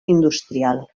industrial